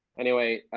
anyway,